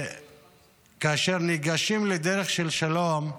שכאשר ניגשים לדרך של שלום,